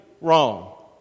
Wrong